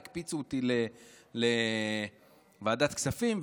הקפיצו אותי לוועדת כספים.